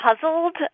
puzzled